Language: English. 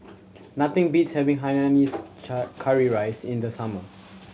nothing beats having hainanese curry rice in the summer